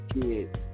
kids